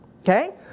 Okay